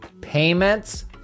payments